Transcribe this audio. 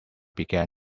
began